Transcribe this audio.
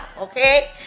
okay